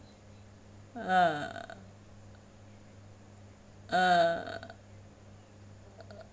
ah ah